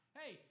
hey